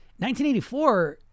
1984